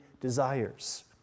desires